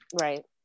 Right